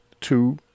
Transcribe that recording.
Two